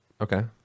Okay